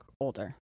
older